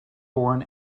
born